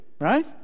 right